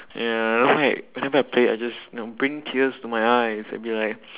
ya whenever I play it I just you know bring tears to my eyes and be like